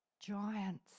giants